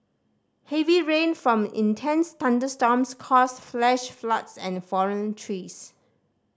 heavy rain from intense thunderstorms caused flash floods and fallen trees